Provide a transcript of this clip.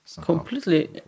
Completely